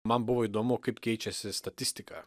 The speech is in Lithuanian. man buvo įdomu kaip keičiasi statistika